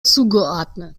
zugeordnet